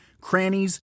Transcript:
crannies